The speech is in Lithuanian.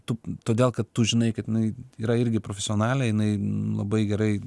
tu todėl kad tu žinai kad jinai yra irgi profesionalė jinai labai gerai